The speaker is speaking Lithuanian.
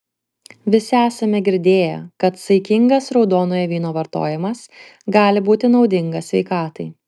visi esame girdėję kad saikingas raudonojo vyno vartojimas gali būti naudingas sveikatai